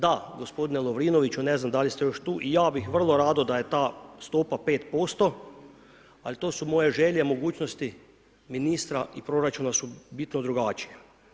Da, gospodine Lovrinoviću, ne znam da li ste još tu, i ja bih vrlo rado da je ta stopa 5%, ali to su moje želje, mogućnosti ministra i proračuna su bitno drugačije.